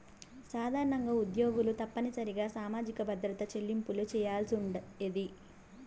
సాధారణంగా ఉద్యోగులు తప్పనిసరిగా సామాజిక భద్రత చెల్లింపులు చేయాల్సుండాది